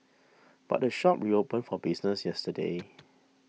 but the shop reopened for business yesterday